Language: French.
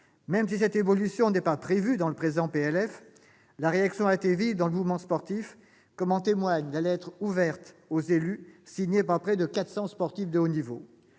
Même si cette évolution n'est pas prévue dans le présent projet de loi de finances, la réaction a été vive dans le mouvement sportif, comme en témoigne la lettre ouverte aux élus, signée par près de 400 sportifs de haut niveau.